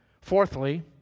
Fourthly